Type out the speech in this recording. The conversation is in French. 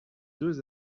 deux